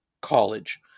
college